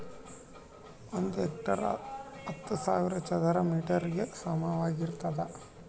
ಒಂದು ಹೆಕ್ಟೇರ್ ಹತ್ತು ಸಾವಿರ ಚದರ ಮೇಟರ್ ಗೆ ಸಮಾನವಾಗಿರ್ತದ